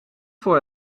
voor